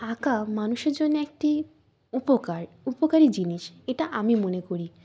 আঁকা মানুষের জন্য একটি উপকার উপকারী জিনিস এটা আমি মনে করি